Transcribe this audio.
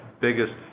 biggest